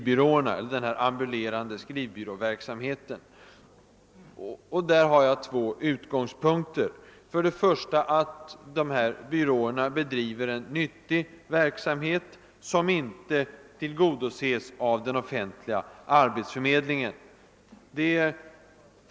När det gäller den ambulerande skrivbyråverksamheten har jag två utgångspunkter. Den första är att dessa byråer bedriver en nyttig verksamhet som inte tillgodoses av den offentliga arbetsförmedlingen.